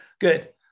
good